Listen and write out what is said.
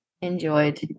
enjoyed